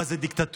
מה זה דיקטטורה.